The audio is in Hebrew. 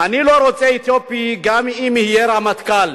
אני לא רוצה אתיופי גם אם יהיה רמטכ"ל,